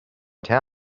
town